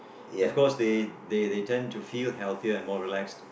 of course they they they tend to feel healthier and more relax